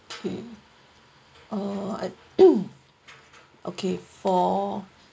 okay oh okay for